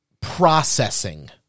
processing